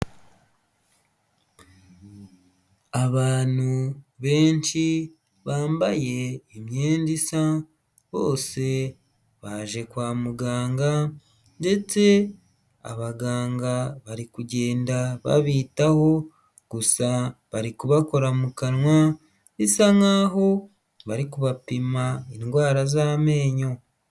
Abantu benshi bambaye imyenda isa bose baje kwa muganga ndetse abaganga bari kugenda babitaho gusa bari kubakora mu kanwa bisa nk'aho bari kubapima indwara z'amenyo.